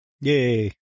Yay